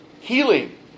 Healing